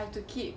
I have to keep